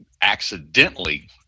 accidentally